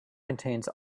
contains